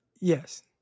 Yes